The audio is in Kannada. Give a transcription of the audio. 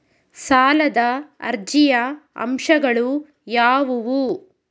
ಸಾಲದ ಅರ್ಜಿಯ ಅಂಶಗಳು ಯಾವುವು?